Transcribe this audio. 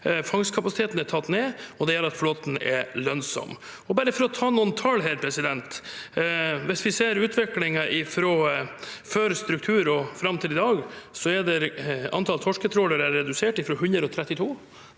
Fangstkapasiteten er tatt ned, og det gjør at flåten er lønnsom. For å ta noen tall: Hvis vi ser utviklingen fra før struktureringen og fram til i dag, er antall torsketrålere redusert fra 132